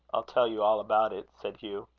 i'll tell you all about it, said hugh.